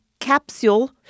Capsule